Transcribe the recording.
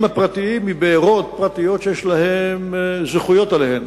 הפרטיים מבארות פרטיות שיש להם זכויות עליהן,